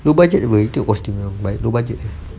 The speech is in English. low budget apa itu costume low budget lah